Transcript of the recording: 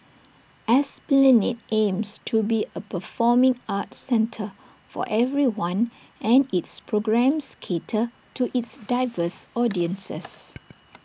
esplanade aims to be A performing arts centre for everyone and its programmes cater to its diverse audiences